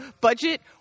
budget